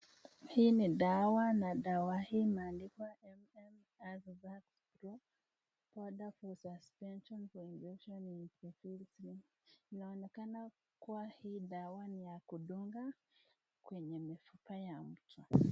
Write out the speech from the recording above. Hii ni dawa na dawa hii imeandikwa mmro powder for suspension infertility . Inaonekana kuwa hii dawa ni ya kudunga kwenye mifupa ya mtu.